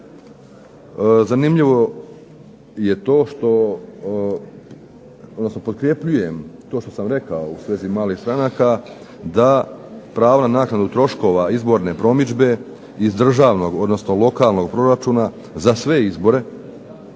Zanimljivo je to što, odnosno potkrepljujem to što sam rekao u svezi malih stranaka da prava na naknadu troškova izborne promidžbe iz državnog, odnosno lokalnog proračuna za sve izbore